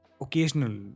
occasional